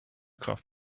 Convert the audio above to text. kraft